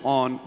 on